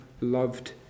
loved